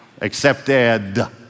Accepted